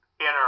inner